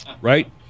Right